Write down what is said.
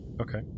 Okay